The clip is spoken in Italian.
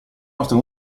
nostra